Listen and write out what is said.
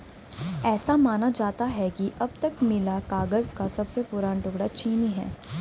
ऐसा माना जाता है कि अब तक मिला कागज का सबसे पुराना टुकड़ा चीनी है